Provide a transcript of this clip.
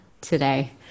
today